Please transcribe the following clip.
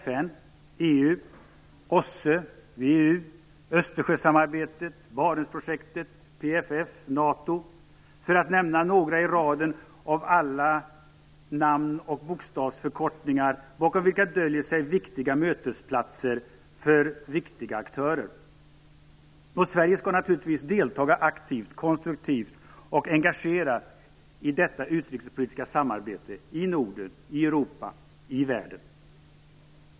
FN, EU, OSSE, VEU, Östersjösamarbetet, Barentsprojektet, PFF och NATO är några i raden av alla namn och bokstavsförkortningar bakom vilka döljer sig viktiga mötesplatser för viktiga aktörer. Och Sverige skall naturligtvis delta aktivt, konstruktivt och engagerat i detta utrikespolitiska samarbete - i Norden, i Europa och i världen.